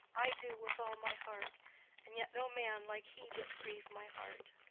i do, with all my heart and yet no man like he doth grieve my heart.